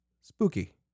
spooky